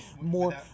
More